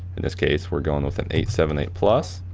in this case we're going with an eight seven eight plus.